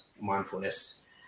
mindfulness